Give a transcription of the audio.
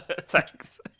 Thanks